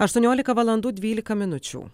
aštuoniolika valandų dvylika minučių